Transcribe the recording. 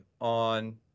on